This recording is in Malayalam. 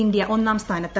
ഇന്ത്യ ഒന്നാം സ്ഥാനത്ത്